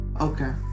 Okay